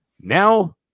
now